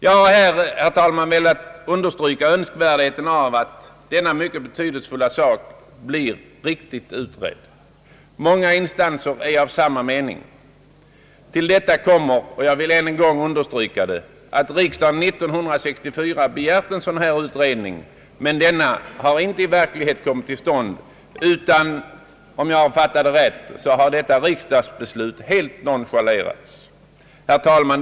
Jag har här, herr talman, velat understryka önskvärdheten av att denna mycket betydelsefulla fråga blir riktigt utredd. Många instanser är av samma mening. Till detta kommer — jag vill än en gång understryka det — att riksdagen 1964 begärt en sådan utredning. Men denna har inte kommit till stånd, utan om jag fattat det rätt har detta riksdagsbeslut helt nonchalerats. Herr talman!